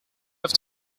have